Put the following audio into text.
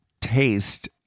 Taste